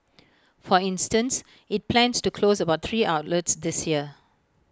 for instance IT plans to close about three outlets this year